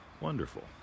Wonderful